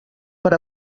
per